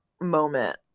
moment